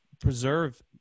preserve